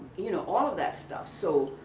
you know, all of that stuff. so,